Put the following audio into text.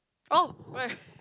orh where